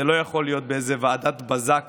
זה לא יכול להיות באיזה ועדת בזק